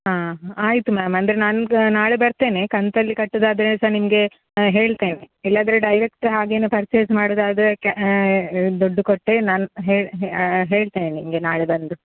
ಹಾಂ ಆಯಿತು ಮ್ಯಾಮ್ ಅಂದರೆ ನಾನೀಗ ನಾಳೆ ಬರ್ತೇನೆ ಕಂತಲ್ಲಿ ಕಟ್ಟುದಾದರೆ ಸಹ ನಿಮಗೆ ಹೇಳ್ತೇನೆ ಇಲ್ಲಾದರೆ ಡೈರೆಕ್ಟ್ ಹಾಗೆಯೇ ಪರ್ಚೇಸ್ ಮಾಡುದಾದರೆ ಕ್ಯಾ ದುಡ್ಡು ಕೊಟ್ಟೆ ನಾನು ಹೇಳಿ ಹೇಳ್ತೇನೆ ನಿಮಗೆ ನಾಳೆ ಬಂದು